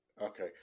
Okay